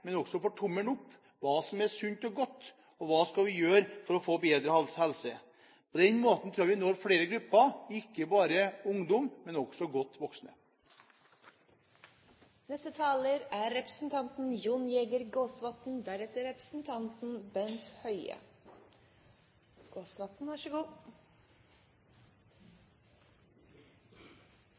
men også med tommelen opp når det gjelder hva som er sunt og godt, og hva vi kan gjøre for å få bedre helse. På den måten tror jeg vi når flere grupper, ikke bare ungdom, men også godt voksne. Interpellantens tilnærming til problemstillingen er